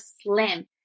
slim